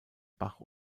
bach